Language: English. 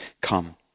come